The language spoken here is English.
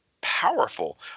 powerful